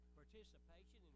participation